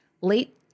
late